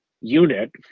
unit